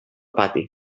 pati